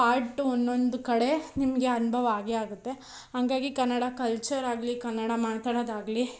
part ಒಂದೊಂದು ಕಡೆ ನಿಮಗೆ ಅನುಭವ ಆಗೇ ಆಗುತ್ತೆ ಹಂಗಾಗಿ ಕನ್ನಡ ಕಲ್ಚರಾಗಲಿ ಕನ್ನಡ ಮಾತಾಡೋದಾಗಲಿ